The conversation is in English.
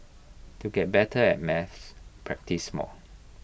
to get better at maths practise more